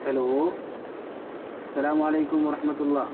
hello السّلام وعلیکم ورحمۃ اللّہ